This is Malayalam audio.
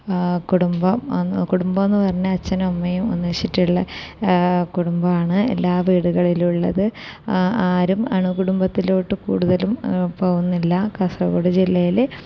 കുടുംബം കുടുംബം എന്ന് പറഞ്ഞാല് അച്ഛൻ അമ്മയും ഒന്നിച്ചിട്ടുള്ള കുടുംബമാണ് എല്ലാ വീടുകളിലും ഉള്ളത് ആ ആരും അണുകുടുംബത്തിലോട്ടു കൂടുതലും പോകുന്നില്ല കാസർഗോഡ് ജില്ലയില്